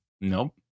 Nope